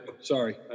Sorry